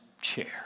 chair